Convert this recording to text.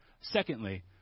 Secondly